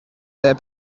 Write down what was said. their